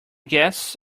guests